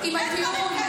אין דברים כאלה.